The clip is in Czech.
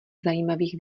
zajímavých